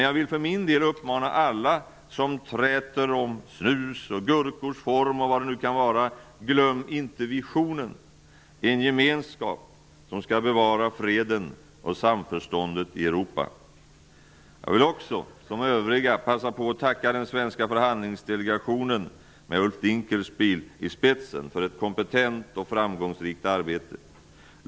Jag vill för min del uppmana alla som träter om snus, gurkors form, eller vad det kan vara, att inte glömma visionen. Det är fråga om en gemenskap som skall bevara freden och samförståndet i Europa. Jag vill också passa på och tacka den svenska förhandlingsdelegationen, med Ulf Dinkelspiel i spetsen, för ett kompetent och framgångsrikt arbete.